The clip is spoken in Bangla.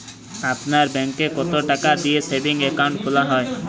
আপনার ব্যাংকে কতো টাকা দিয়ে সেভিংস অ্যাকাউন্ট খোলা হয়?